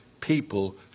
people